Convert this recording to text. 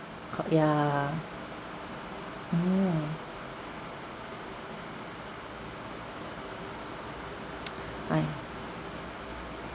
c~ ya mm I